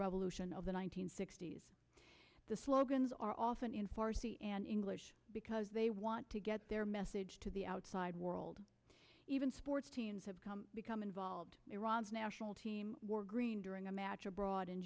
revolution of the one nine hundred sixty s the slogans are often in farsi and english because they want to get their message to the outside world even sports teams have become involved in iran's national team were green during a match abroad in